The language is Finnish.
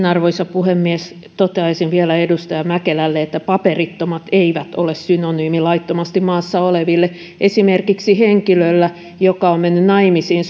arvoisa puhemies toteaisin vielä edustaja mäkelälle että paperittomat eivät ole synonyymi laittomasti maassa oleville esimerkiksi henkilöllä joka on mennyt naimisiin